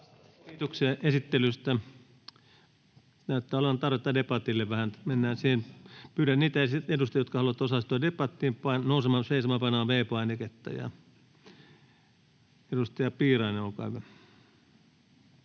Kiitoksia esittelystä. — Näyttää olevan tarvetta debatille vähän, mennään siihen. Pyydän niitä edustajia, jotka haluavat osallistua debattiin, nousemaan seisomaan ja painamaan V-painiketta. — Edustaja Piirainen, olkaa hyvä.